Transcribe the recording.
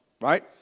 right